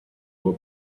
will